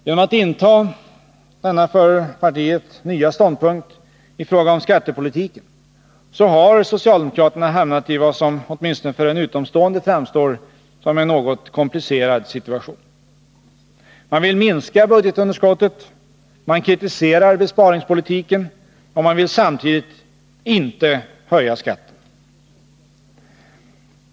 Genom att inta denna för partiet nya ståndpunkt i fråga om skattepolitiken har socialdemokraterna hamnat i vad som åtminstone för en utomstående framstår som en något komplicerad situation. Man vill minska budgetunderskottet, man kritiserar besparingspolitiken och man vill samtidigt inte höja skatten.